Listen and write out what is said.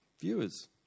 viewers